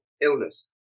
illness